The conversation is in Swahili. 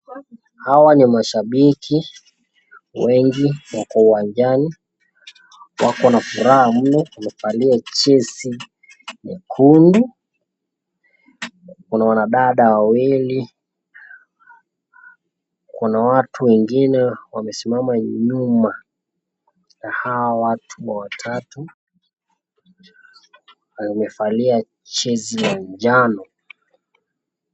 Hawa ni mashabiki wengi wako uwanjani wako na furaha mno wamevalia jezi nyekundu, kuna wadada wawili, kuna watu wengine wamesimama nyuma ya hawa watu watatu, amevalia jezi ya njano.